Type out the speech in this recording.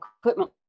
equipment